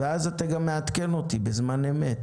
ואז אתה גם מעדכן אותי בזמן אמת,